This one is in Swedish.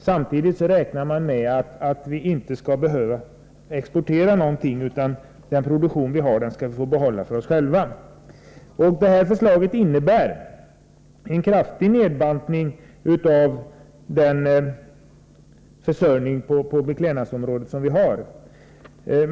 Samtidigt räknar man med att vi inte skall behöva exportera någonting utan att vi skall få behålla den produktion vi har för oss själva. Förslaget innebär en kraftig bantning av den försörjning på beklädnadsområdet som vi har f. n.